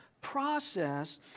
process